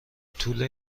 طول